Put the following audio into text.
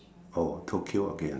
oh Tokyo again